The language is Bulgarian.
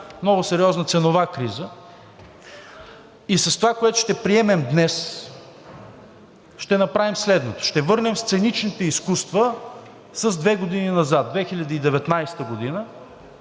много сериозна ценова криза и с това, което ще приемем днес, ще направим следното – ще върнем сценичните изкуства с две години назад – 2019 г.,